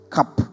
Cup